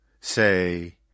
say